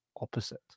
opposite